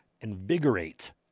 invigorate